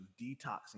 detoxing